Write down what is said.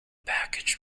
package